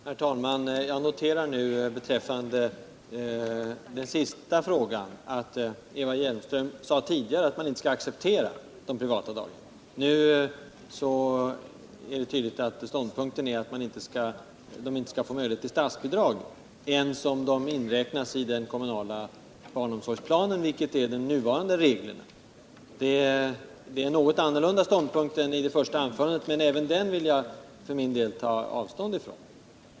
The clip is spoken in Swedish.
Herr talman! Jag noterar beträffande den sista frågan att Eva Hjelmström tidigare sade att man inte skall acceptera privata daghem, men att hennes ståndpunkt nu tydligen är att de som anordnar sådana daghem inte skall få möjlighet till statsbidrag, ens om daghemmen inräknas i den kommunala barnomsorgsplanen, vilket de nuvarande reglerna innebär. Det är ett annat ställningstagande än i hennes första anförande, men även detta vill jag för min del ta avstånd från.